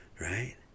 Right